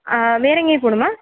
ஆ வேறேங்கையும் போகணுமா